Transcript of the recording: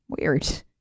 Weird